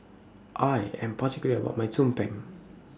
I Am particular about My Tumpeng